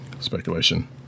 speculation